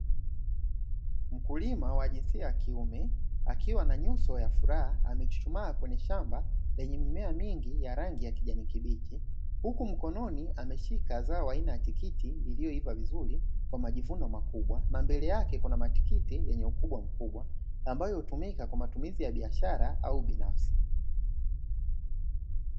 Mkulima wa jinsia ya kiume akiwa na nyuso ya furaha amechuchumaa kwenye shamba lenye mimea mingi ya rangi ya kijani kibichi, huku mkononi ameshika zao aina ya tikiti lililoiva vizuri kwa majivuno makubwa, na mbele yake kuna matikiti yenye ukubwa mkubwa ambayo hutumika kwa matumizi ya biashara au binafsi.